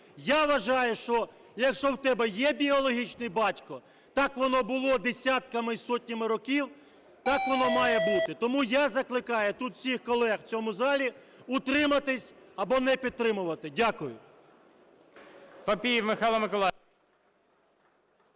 Я вважаю, що якщо в тебе є біологічний батько, так воно було десятками і сотнями років, так воно має бути. Тому я закликаю тут всіх колег в цьому залі утриматися або не підтримувати. Дякую.